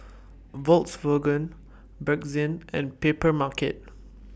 Volkswagen Bakerzin and Papermarket